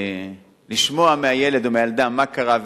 ולשמוע מהילד או מהילדה מה קרה,